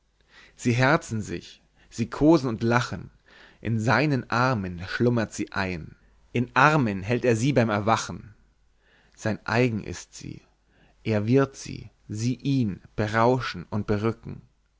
sie herzen sich sie kosen und lachen in seinen armen schlummert sie ein in armen hält er sie beim erwachen sein eigen ist sie er wird sie sie ihn berauschen und berücken